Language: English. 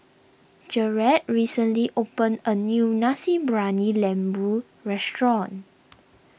Jarrett recently opened a new Nasi Briyani Lembu restaurant